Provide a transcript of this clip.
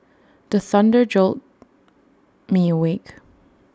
the thunder jolt me awake